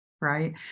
right